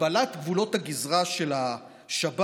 הגבלת גבולות הגזרה של השב"כ,